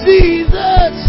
Jesus